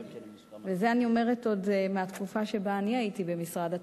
ואת זה אני אומרת עוד מהתקופה שבה הייתי במשרד התמ"ת.